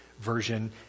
version